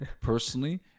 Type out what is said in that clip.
personally